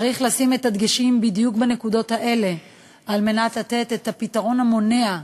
צריך לשים את הדגשים בדיוק בנקודת האלה על מנת לתת את הפתרון המונע,